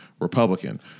Republican